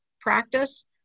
practice